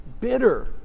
bitter